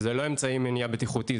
וזה לא אמצעי מניעה בטיחותי,